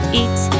eat